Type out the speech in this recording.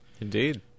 Indeed